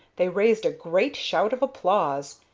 they raised a great shout of applause,